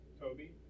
Toby